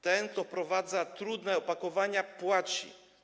Ten, kto wprowadza trudne opakowania, płaci.